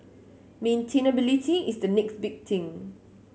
maintainability is the next big thing